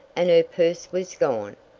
and her purse was gone!